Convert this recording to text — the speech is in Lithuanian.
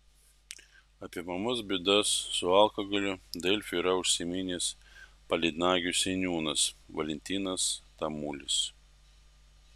apie mamos bėdas su alkoholiu delfi yra užsiminęs pelėdnagių seniūnas valentinas tamulis